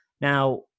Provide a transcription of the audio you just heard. now